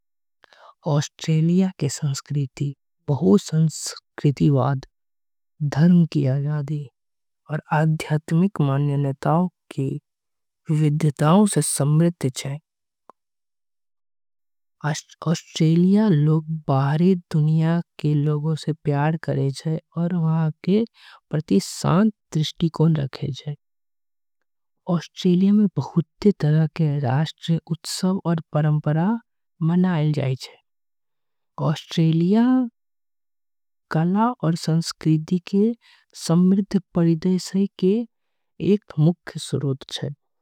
ऑस्ट्रेलिया के संस्कृति बहुत संस्कृतिवाद धर्म की आजादी। और आध्यात्मिक मान्यताओं की विविधताओं से समृद्ध। ऑस्ट्रेलिया लोग बाहरी दुनिया के लोगों से प्यार करे छे। और वहां के प्रति शांत दृष्टि कौन रखल छे ऑस्ट्रेलिया में। राष्ट्र उत्सव और परंपरा मनाया जाए ऑस्ट्रेलिया कल। और संस्कृति के समृद्ध परिचय के एक मुख्य स्रोंत छीये।